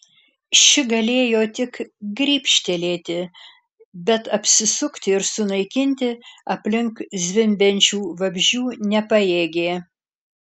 ši galėjo tik grybštelėti bet apsisukti ir sunaikinti aplink zvimbiančių vabzdžių nepajėgė